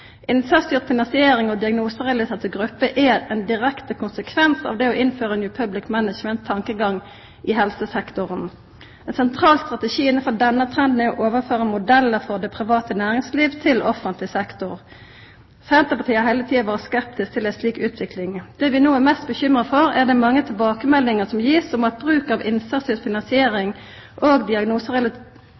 finansiering og diagnoserelaterte grupper er ein direkte konsekvens av det å innføra New Public Management-tankegang i helsesektoren. Ein sentral strategi innanfor denne trenden er å overføra modellar frå det private næringsliv til offentleg sektor. Senterpartiet har heile tida vore skeptisk til ei slik utvikling. Det vi no er mest bekymra for, er dei mange tilbakemeldingane som blir gitt om at bruk av innsatsstyrt finansiering og